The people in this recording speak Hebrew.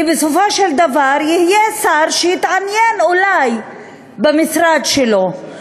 כי בסופו של דבר יהיה שר שיתעניין אולי במשרד שלו,